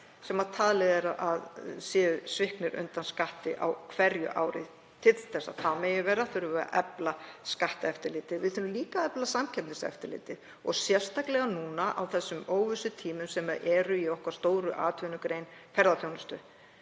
sem talið er að séu sviknir undan skatti á hverju ári. Til þess að það megi verða þurfum við að efla skatteftirlitið. Við þurfum líka að efla Samkeppniseftirlitið og sérstaklega núna á þessum óvissutímum sem eru í okkar stóru atvinnugrein, ferðaþjónustu.